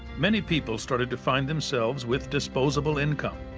many people started to find themselves with disposable income.